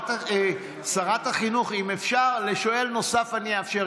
שרת החינוך, אם שואל נוסף, אאפשר.